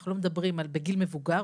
אנחנו לא מדברים על גיל מבוגר,